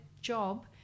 job